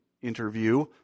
interview